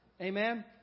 Amen